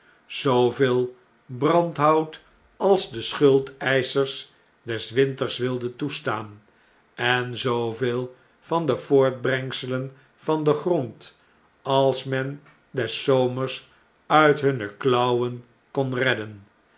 zooveel brandhout als de schuldeischers des winters wilden toestaan en zooveel van de voortbrengselen van den grond als men des zomers uit hunne klauwen kon redden